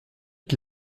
qui